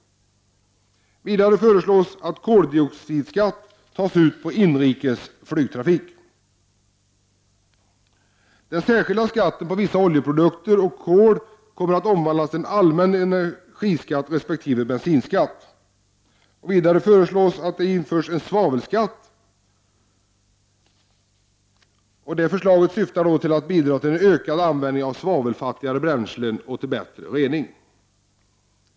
Vidare föreslås att koldioxidskatt tas ut på inrikes flygtrafik. Den särskilda skatten på vissa oljeprodukter och kol kommer att omvandlas till allmän energiskatt resp. bensinskatt. Vidare föreslås införande av en svavelskatt. Förslaget syftar till att bidra till en ökad användning av svavelfattiga bränslen och till bättre rening.